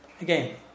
again